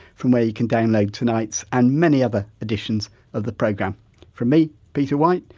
from where you can download tonight's and many other editions of the programme from me, peter white,